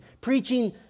Preaching